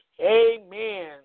Amen